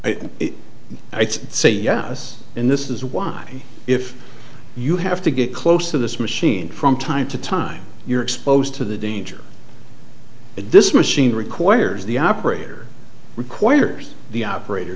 machine it's a yes and this is why if you have to get close to this machine from time to time you're exposed to the danger but this machine requires the operator requires the operator